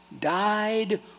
died